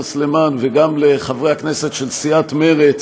סלימאן וגם לחברי הכנסת של סיעת מרצ